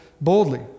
boldly